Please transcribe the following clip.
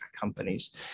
companies